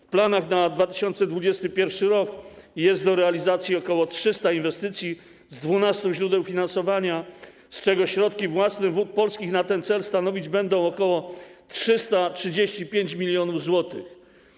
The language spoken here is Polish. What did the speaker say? W planach na 2021 r. jest do realizacji ok. 300 inwestycji z 12 źródeł finansowania, z czego środki własne Wód Polskich na ten cel stanowić będą ok. 335 mln zł.